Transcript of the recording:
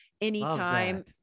anytime